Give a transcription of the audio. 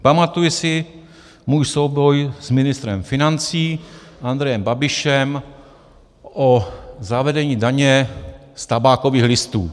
Pamatuji si svůj souboj s ministrem financí Andrejem Babišem o zavedení daně z tabákových listů.